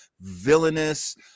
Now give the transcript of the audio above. villainous